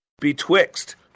betwixt